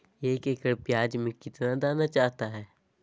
एक एकड़ प्याज में कितना दाना चाहता है?